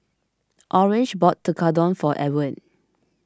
Orange bought Tekkadon for Edward